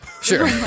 Sure